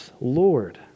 Lord